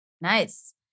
Nice